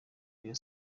rayon